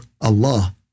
Allah